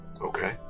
okay